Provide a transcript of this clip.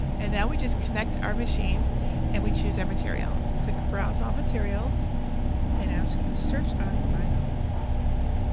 and now we just connect our machine and we choose our material. click browse all materials and i'm just going to search on vinyl